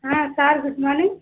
ఆ sir good morning